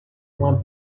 uma